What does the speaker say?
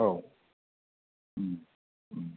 औ